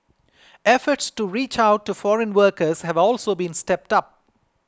efforts to reach out to foreign workers have also been stepped up